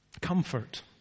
Comfort